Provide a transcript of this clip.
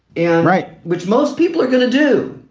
yeah right, which most people are going to do.